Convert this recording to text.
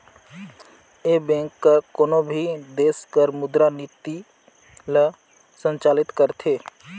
ए bank हर कोनो भी देस कर मुद्रा नीति ल संचालित करथे